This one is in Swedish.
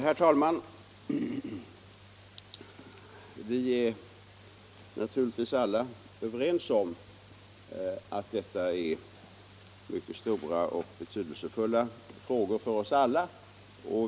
Herr talman! Vi är naturligtvis alla överens om att detta är mycket stora och betydelsefulla frågor för oss alla.